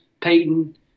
Peyton